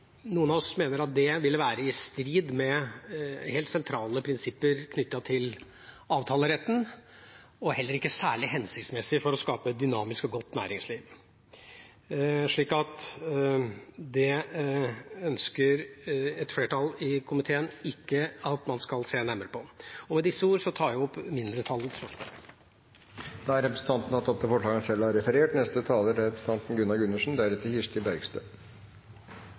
Noen av oss mener at det ville være i strid med helt sentrale prinsipper knyttet til avtaleretten og heller ikke særlig hensiktsmessig for å skape et dynamisk og godt næringsliv. Så det ønsker et flertall i komiteen ikke at man skal se nærmere på. Med disse ord tar jeg opp mindretallets forslag. Representanten Knut Storberget har tatt opp det forslaget han